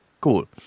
cool